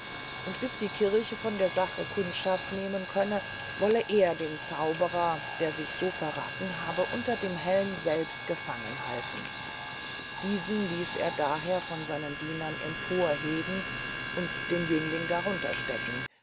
und bis die kirche von der sache kundschaft nehmen könne wolle er den zauberer der sich so verrathen habe unter dem helme selbst gefangen halten diesen ließ er daher von seinen dienern empor heben und den jüngling darunter stecken